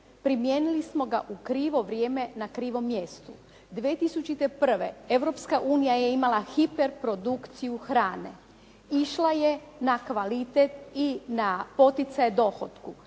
primijenili smo ga u krivo vrijeme na krivom mjestu. 2001. Europska unija je imala hiper produkciju hrane. Išla je na kvalitet i na poticaje dohotku.